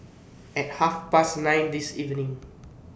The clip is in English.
At Half Past nine This evening